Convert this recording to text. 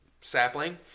sapling